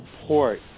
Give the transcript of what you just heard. Support